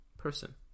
person